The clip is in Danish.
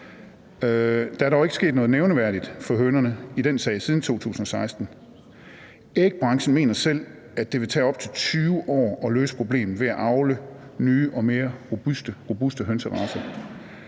Der er dog ikke sket noget nævneværdigt for hønerne i den sag siden 2016. Ægbranchen mener selv, at det vil tage op til 20 år at løse problemet ved at avle nye og mere robuste hønseracer.